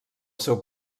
seu